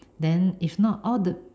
then if not all the